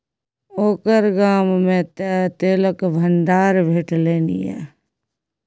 ओकर गाममे तँ तेलक भंडार भेटलनि ये